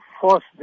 force